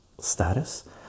status